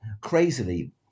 crazily